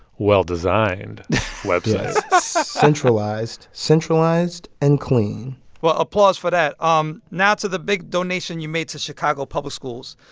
well-designed website centralized. centralized and clean well, applause for that. um now to the big donation you made to chicago public schools.